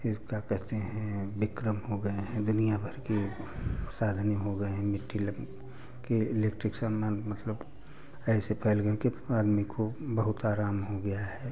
फिर क्या कहेते हैं विक्रम हो गए हैं दुनियाभर के साधन हो गए हैं मिट्टी के इलेक्ट्रिक सामान मतलब ऐसे फैल गए कि आदमी को बहुत आराम हो गया है